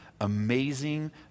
amazing